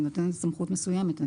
אני נותנת סמכות מסוימת.